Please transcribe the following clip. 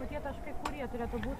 o tie taškai kur jie turėtų būt